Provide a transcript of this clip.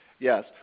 Yes